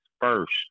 first